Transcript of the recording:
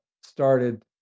started